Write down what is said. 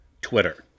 Twitter